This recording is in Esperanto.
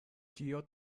ĉio